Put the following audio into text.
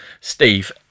steve